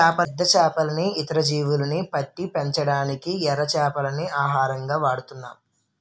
పెద్ద చేపల్ని, ఇతర జీవుల్ని పట్టి పెంచడానికి ఎర చేపల్ని ఆహారంగా వాడుతున్నాం